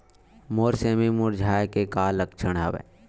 मोर सेमी मुरझाये के का लक्षण हवय?